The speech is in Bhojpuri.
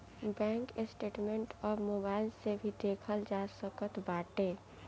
बैंक स्टेटमेंट अब मोबाइल से भी देखल जा सकत बाटे